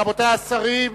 רבותי השרים,